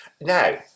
Now